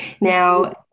Now